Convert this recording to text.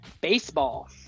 baseball